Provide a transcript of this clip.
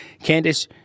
Candice